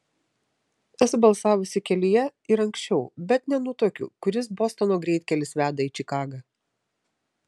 esu balsavusi kelyje ir anksčiau bet nenutuokiu kuris bostono greitkelis veda į čikagą